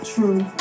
True